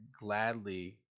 gladly